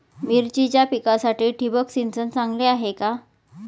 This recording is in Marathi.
मिरचीच्या पिकासाठी ठिबक सिंचन चांगले आहे का?